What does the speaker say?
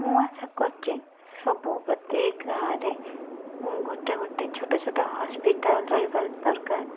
ମୁଁ ଆଶା କରୁଛି ସବୁ ପ୍ରତି ଗାଁରେ ଗୋଟିଏ ଗୋଟିଏ ଛୋଟ ଛୋଟ ହସ୍ପିଟାଲ ରହିବାର ଦରକାର